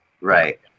Right